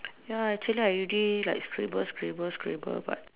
ya actually I already like scribble scribble scribble but